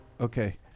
okay